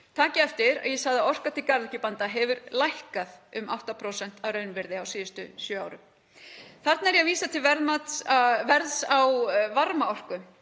Takið eftir að ég sagði að orka til garðyrkjubænda hefur lækkað um 8% að raunvirði á síðustu sjö árum. Þarna er ég að vísa til verðs á varmaorku,